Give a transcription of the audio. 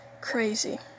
Crazy